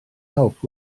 help